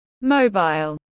Mobile